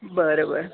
बरं बरं